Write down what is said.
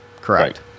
correct